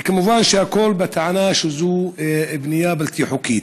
כמובן, הכול בטענה שזו בנייה בלתי חוקית.